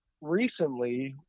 recently